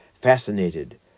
fascinated